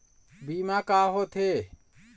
बीमा का होते?